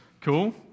Cool